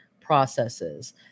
processes